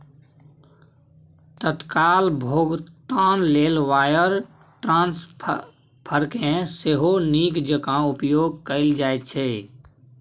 तत्काल भोगतान लेल वायर ट्रांस्फरकेँ सेहो नीक जेंका उपयोग कैल जाइत छै